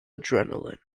adrenaline